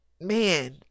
man